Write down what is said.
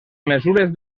mesures